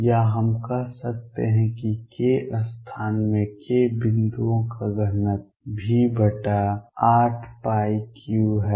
या हम कह सकते हैं कि k स्थान में k बिंदुओं का घनत्व V83 है